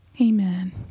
Amen